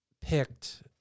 picked